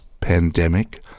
pandemic